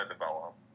develop